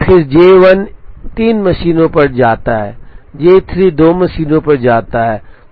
फिर J 1 तीन मशीनों पर जाता है J 3 दो मशीनों पर जाता है